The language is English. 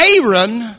Aaron